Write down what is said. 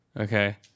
Okay